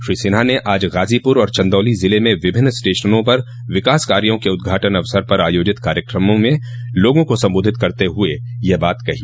श्री सिन्हा ने आज गाजीपुर और चन्दौली जिले में विभिन्न स्टेशनों पर विकास कार्यो के उद्घाटन अवसर पर आयोजित कार्यक्रम में लोगों को सम्बोधित करते हुए यह बात कही